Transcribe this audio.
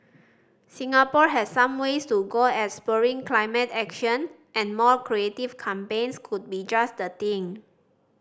Singapore has some ways to go at spurring climate action and more creative campaigns could be just the thing